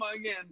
again